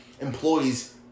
employees